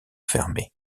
fermé